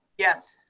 yes.